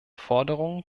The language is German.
forderungen